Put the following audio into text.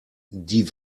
die